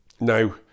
Now